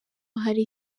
hari